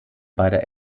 beider